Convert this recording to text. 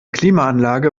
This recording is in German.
klimaanlage